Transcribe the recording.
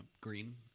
Green